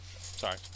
Sorry